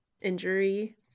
injury